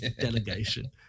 delegation